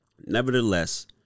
nevertheless